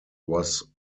was